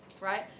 Right